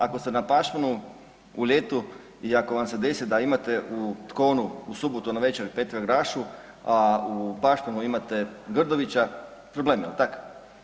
Ako ste na Pašmanu u ljetu i ako vam se desi da imate u Tkonu u subotu navečer Petra Grašu, a u Pašmanu imate Grdovića, problem je, jel tak?